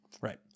Right